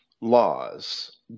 laws